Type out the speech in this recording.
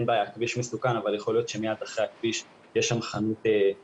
לנו עבודה מאוד ממוקדת עם ההורים.